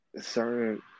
certain